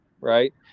Right